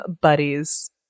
buddies